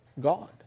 God